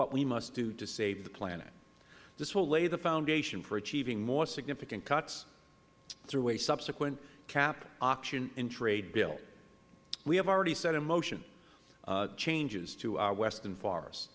what we must do to save the planet this will lay the foundation for achieving more significant cuts through a subsequent cap auction and trade bill we have already set in motion changes to our western